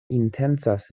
intencas